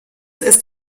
ist